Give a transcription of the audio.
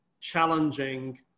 challenging